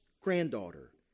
granddaughter